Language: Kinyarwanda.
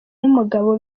n’umugabo